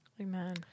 Amen